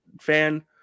fan –